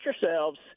yourselves